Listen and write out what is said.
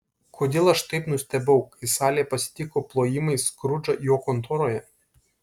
kodėl aš taip nustebau kai salė pasitiko plojimais skrudžą jo kontoroje